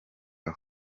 aho